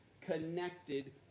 connected